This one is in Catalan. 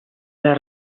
les